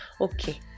okay